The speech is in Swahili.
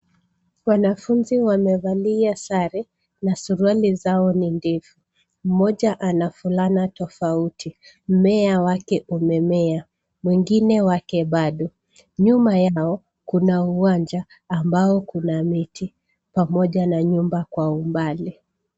Wanafunzi wamevalia sare na suruali zao ni ndefu mmoja anafulana tofauti mmea wake umemea mwingine wake bado nyuma yao kuna uwanja ambao kuna miti pamoja na nyumba kwa umbali.